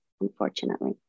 unfortunately